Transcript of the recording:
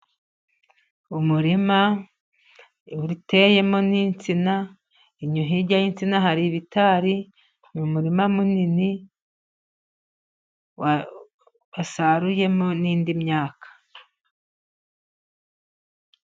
Umurima uteyemo n'insina, hirya y'insina hari ibitari. Ni umurima munini basaruyemo n'indi myaka.